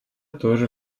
тоже